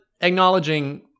acknowledging